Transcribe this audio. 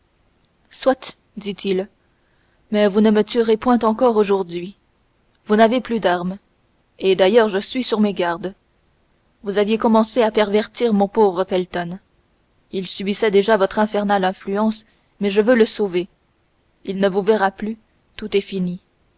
soit dit-il mais vous ne me tuerez point encore aujourd'hui vous n'avez plus d'armes et d'ailleurs je suis sur mes gardes vous aviez commencé à pervertir mon pauvre felton il subissait déjà votre infernale influence mais je veux le sauver il ne vous verra plus tout est fini